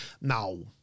Now